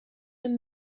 him